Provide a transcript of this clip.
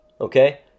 okay